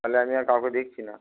তাহলে আমি আর কাউকে দেখছি না